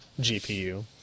GPU